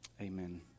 amen